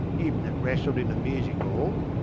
im that wrastled in the music all?